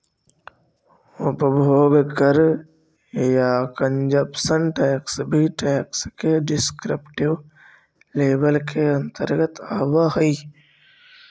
उपभोग कर या कंजप्शन टैक्स भी टैक्स के डिस्क्रिप्टिव लेबल के अंतर्गत आवऽ हई